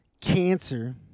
Cancer